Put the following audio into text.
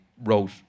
wrote